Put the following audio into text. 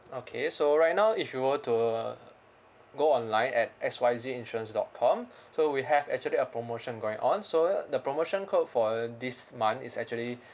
okay so right now if you were to go online at X Y Z insurance dot com so we have actually a promotion going on so uh the promotion code for uh this month is actually